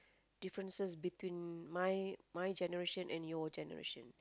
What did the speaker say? differences between my my generation and your generation